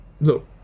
look